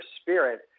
spirit